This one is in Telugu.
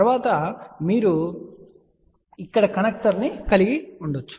తర్వాత మీరు ఇక్కడ కనెక్టర్ని కలిగి ఉండవచ్చు